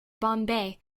bombay